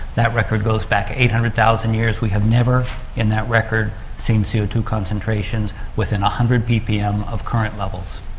that record goes back eight hundred thousand years. we have never in that record seen c o two concentrations within one hundred ppm of current levels.